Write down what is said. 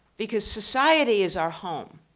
because society is our home.